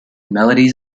melodies